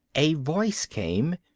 a voice came,